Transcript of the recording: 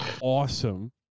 awesome